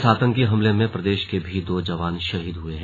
इस आतंकी हमले में प्रदेश के भी दो जवान शहीद हुए हैं